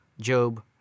Job